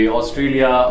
Australia